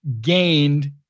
gained